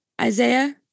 Isaiah